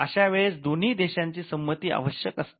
अशा वेळेस दोन्ही देशांची संमत्ती आवश्यक असते